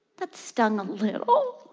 that stung a little.